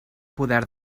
poder